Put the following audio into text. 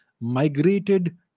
migrated